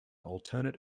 alternate